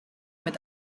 mit